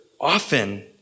often